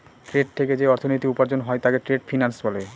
trade থেকে যে অর্থনীতি উপার্জন হয় তাকে ট্রেড ফিন্যান্স বলে